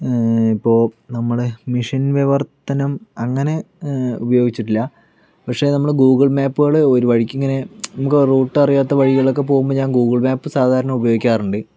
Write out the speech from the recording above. ഇപ്പോൾ നമ്മടെ മെഷീൻ വിവർത്തനം അങ്ങനെ ഉപയോഗിച്ചിട്ടില്ല പക്ഷെ നമ്മള് ഗൂഗിൾ മാപ്പ്കള് ഒരു വഴിക്കിങ്ങനെ നമ്മള് റൂട്ടറിയാത്ത വഴികളൊക്കെ പോകുമ്പോൾ ഞാൻ ഗൂഗിൾ മാപ്പ് സാധാരണ ഉപയോഗിക്കാറുണ്ട്